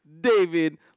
David